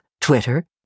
Twitter